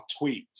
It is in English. tweets